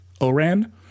ORAN